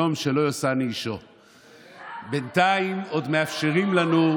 ממשלת איחוי, ריפוי ושיסוי אתם עושים עבודה נפלאה.